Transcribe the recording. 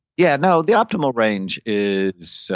yeah no, the optimal range is so